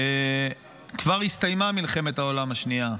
כבר הסתיימה מלחמת העולם השנייה,